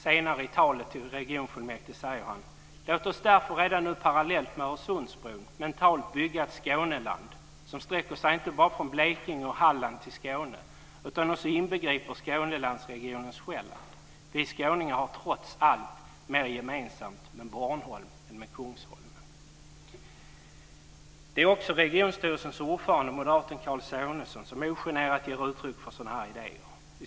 Senare i talet till regionfullmäktige säger han: Låt oss därför redan nu parallellt med Öresundsbron mentalt bygga ett Skåneland som sträcker sig inte bara från Blekinge och Halland till Skåne utan också inbegriper Skånelandsregionens Själland. Vi skåningar har trots alltmer gemensamt med Bornholm än med Kungsholmen. Det är också regionstyrelsens ordförande, moderaten Carl Sonesson, som ogenerat ger uttryck för sådana idéer.